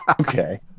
Okay